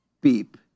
beep